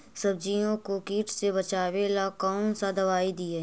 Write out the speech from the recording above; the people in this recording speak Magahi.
सब्जियों को किट से बचाबेला कौन सा दबाई दीए?